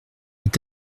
est